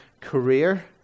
career